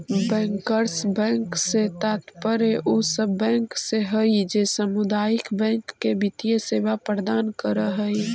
bankers bank से तात्पर्य उ सब बैंक से हइ जे सामुदायिक बैंक के वित्तीय सेवा प्रदान करऽ हइ